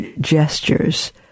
gestures